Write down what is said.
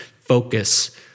focus